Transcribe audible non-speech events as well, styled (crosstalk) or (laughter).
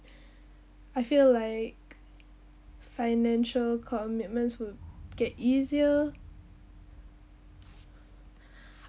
(breath) I feel like financial commitments will get easier